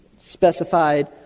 specified